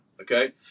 okay